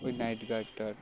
ওই নাইট গার্ডটার